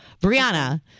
Brianna